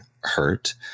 hurt